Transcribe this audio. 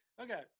okay